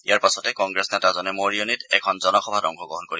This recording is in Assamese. ইয়াৰ পাছতে কংগ্ৰেছ নেতাজনে মৰিয়নীত এখন জনসভাত অংশগ্ৰহণ কৰিব